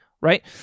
right